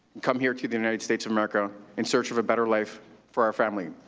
come here to the united states of america in search of a better life for our family.